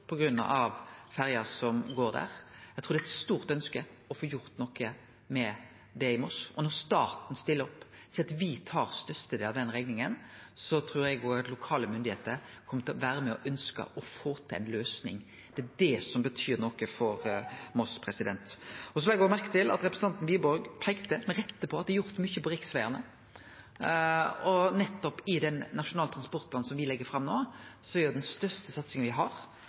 ferja som går der. Eg trur det er eit stort ønske om å få gjort noko med det i Moss. Når staten stiller opp og seier at me tar den største delen av den rekninga, trur eg òg at lokale myndigheiter kjem til å vere med og ønskje å få til ei løysing. Det er det som betyr noko for Moss. Eg la òg merke til at representanten Wiborg med rette peikte på at det er gjort mykje på riksvegane. I den nasjonale transportplanen som me legg fram no, er den største satsinga me har